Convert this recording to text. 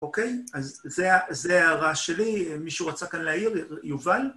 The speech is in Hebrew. אוקיי, אז זה ההערה שלי. מישהו רצה כאן להעיר, יובל?